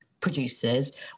producers